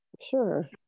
Sure